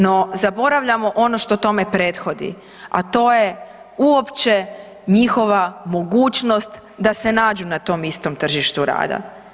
No, zaboravljamo ono što tome prethodi, a to je uopće njihova mogućnost da se nađu na tom istom tržištu rada.